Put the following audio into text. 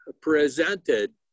presented